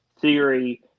theory